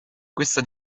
questa